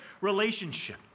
relationship